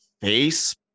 face